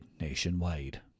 nationwide